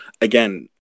again